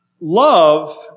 love